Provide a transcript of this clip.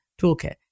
toolkit